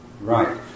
right